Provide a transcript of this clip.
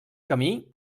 camí